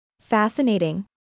Fascinating